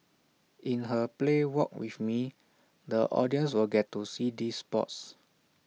in her play walk with me the audience will get to see these spots